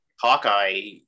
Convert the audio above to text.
Hawkeye